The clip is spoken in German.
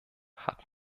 hat